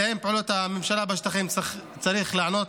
מתאם פעולות הממשלה בשטחים צריך להיענות